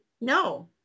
no